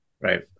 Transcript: Right